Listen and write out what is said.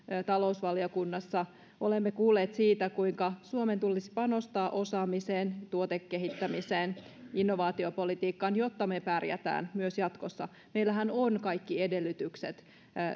talousvaliokunnassa olemme kuulleet siitä kuinka suomen tulisi panostaa osaamiseen tuotekehittämiseen ja innovaatiopolitiikkaan jotta me pärjäämme myös jatkossa meillähän on kaikki edellytykset